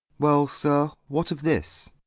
well, sir, what of this?